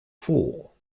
fool